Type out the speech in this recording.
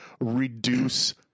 reduce